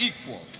equal